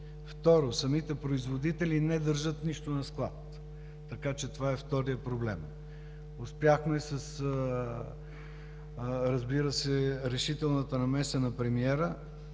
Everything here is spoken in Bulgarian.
Второ, самите производители не държат нищо на склад, така че това е вторият проблем. Успяхме, разбира се, с решителната намеса на премиера